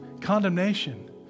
condemnation